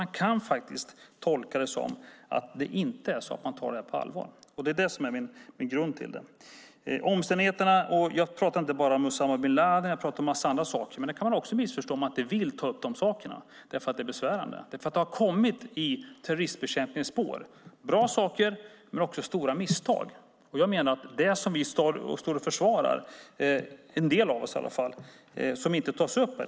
Det går faktiskt att tolka det som att man inte tar det här på allvar. Det är det som är min grund. Jag pratar inte bara om Usama bin Ladin. Jag pratar om en massa andra saker. Men det kan man också missförstå om man inte vill ta upp de sakerna för att det är besvärande. Det har nämligen kommit bra saker i terrorismbekämpningens spår men också stora misstag. Jag tänker på det som vi står och försvarar, en del av oss i alla fall, som inte tas upp här.